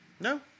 No